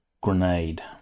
grenade